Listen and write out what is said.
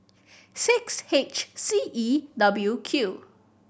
six H C E W Q